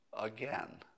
again